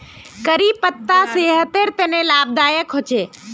करी पत्ता सेहटर तने लाभदायक होचे